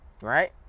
right